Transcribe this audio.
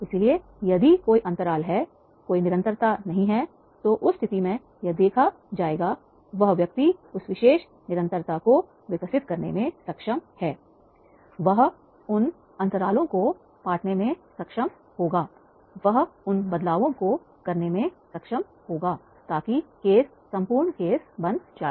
इसलिए यदि कोई अंतराल है कोई निरंतरता नहीं है तो उस स्थिति में यह देखा जाएगा वह व्यक्ति उस विशेष निरंतरता को विकसित करने में सक्षम हैवह उन अंतरालों को पाटने में सक्षम होगा वह उन बदलावों को करने में सक्षम होगा ताकि केस संपूर्ण केस बन जाए